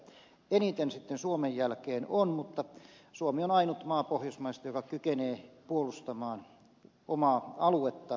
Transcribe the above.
norjalla sitä ehkä eniten sitten suomen jälkeen on mutta suomi on ainut maa pohjoismaista joka kykenee puolustamaan omaa aluettaan